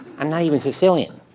i'm not even sicilian.